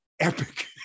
Epic